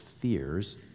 fears